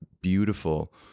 beautiful